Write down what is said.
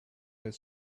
his